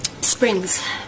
Springs